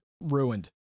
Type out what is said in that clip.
Ruined